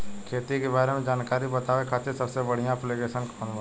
खेती के बारे में जानकारी बतावे खातिर सबसे बढ़िया ऐप्लिकेशन कौन बा?